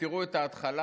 תראו את ההתחלה